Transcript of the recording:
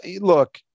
look